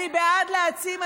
אני בעד להעצים.